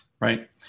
Right